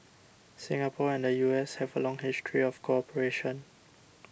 Singapore and the U S have a long history of cooperation